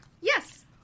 Yes